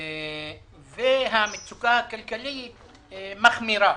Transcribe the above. והמצוקה הכלכלית מחמירה.